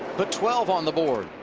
but twelve on the board.